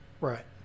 right